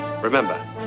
remember